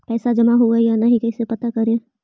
पैसा जमा हुआ या नही कैसे पता करे?